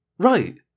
Right